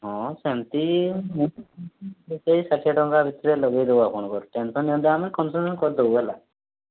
ହଁ ସେମିତି ନୁହଁ ସେଇ ଷାଠିଏ ଟଙ୍କା ଭିତରେ ଲଗାଇଦେବୁ ଆପଣଙ୍କର ଟେନସନ୍ ନିଅନ୍ତୁନି ଆମେ କନ୍ସେସନ୍ କରିଦେବୁ ହେଲା